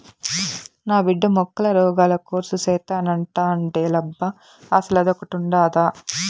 నా బిడ్డ మొక్కల రోగాల కోర్సు సేత్తానంటాండేలబ్బా అసలదొకటుండాదా